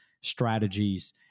strategies